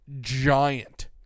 giant